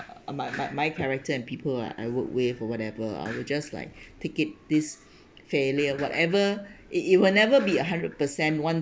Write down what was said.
uh my my my character and people ah I would waive or whatever ah I would just like take it this failure whatever it it will never be a hundred per cent [one]